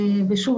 ושוב,